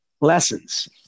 lessons